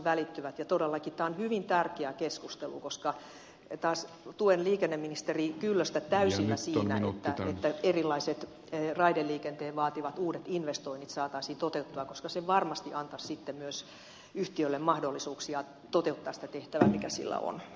todellakin tämä on hyvin tärkeä keskustelu koska taas tuen liikenneministeri kyllöstä täysillä siinä että erilaiset raideliikenteen vaativat uudet investoinnit saataisiin toteutettua koska se varmasti antaisi sitten myös yhtiölle mahdollisuuksia toteuttaa sitä tehtävää mikä sillä on